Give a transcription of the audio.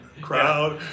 crowd